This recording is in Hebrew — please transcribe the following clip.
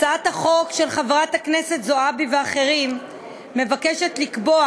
הצעת החוק של חברת הכנסת זועבי ואחרים מבקשת לקבוע